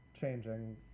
changing